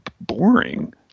boring